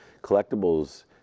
collectibles